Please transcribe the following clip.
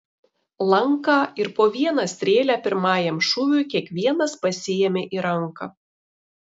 lanką ir po vieną strėlę pirmajam šūviui kiekvienas pasiėmė į ranką